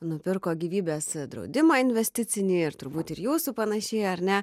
nupirko gyvybės draudimą investicinį ir turbūt ir jūsų panašiai ar ne